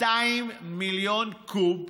200 מיליון קוב,